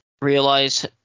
realize